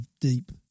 deep